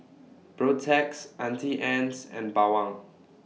Protex Auntie Anne's and Bawang